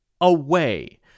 away